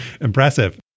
Impressive